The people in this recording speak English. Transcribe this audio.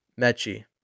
Mechie